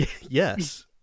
Yes